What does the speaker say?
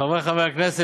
חברי חברי הכנסת,